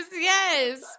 yes